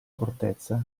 fortezza